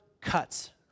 cuts